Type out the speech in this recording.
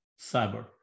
cyber